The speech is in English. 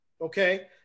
okay